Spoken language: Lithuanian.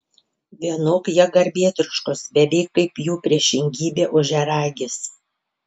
vienok jie garbėtroškos beveik kaip jų priešingybė ožiaragis